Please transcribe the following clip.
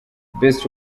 best